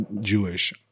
Jewish